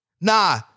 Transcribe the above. Nah